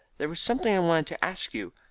there was something i wanted to ask you,